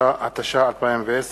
התש"ע 2010,